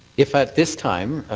if at this time,